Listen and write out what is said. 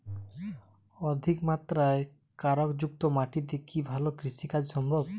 অধিকমাত্রায় কাঁকরযুক্ত মাটিতে কি ভালো কৃষিকাজ সম্ভব?